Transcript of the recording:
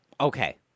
Okay